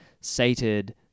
sated